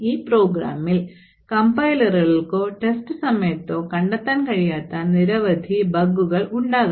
ഒരു പ്രോഗ്രാമിൽ കംപൈലറുകൾക്കോ test സമയത്തോ കണ്ടെത്താൻ കഴിയാത്ത നിരവധി ബഗുകൾ ഉണ്ടാകാം